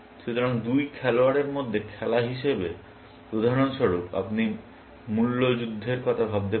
সুতরাং দুই খেলোয়াড়ের মধ্যে খেলা হিসাবে উদাহরণস্বরূপ আপনি মূল্য যুদ্ধের কথা ভাবতে পারেন